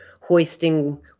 hoisting